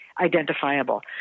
identifiable